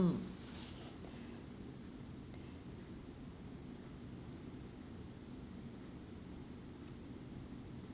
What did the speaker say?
mm